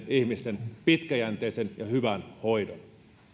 ihmisten pitkäjänteisen ja hyvän hoidon